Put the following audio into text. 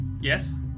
Yes